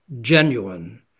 genuine